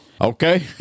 Okay